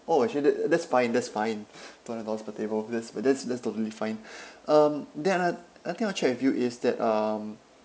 oh actually that that's fine that's fine two hundred dollars per table that's but that's that's totally fine um then I I think I'll check with you is that um